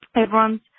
everyone's